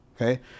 okay